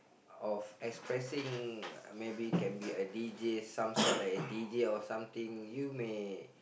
of expressing maybe can be a D_J some sort like a D_J or something you may